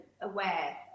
aware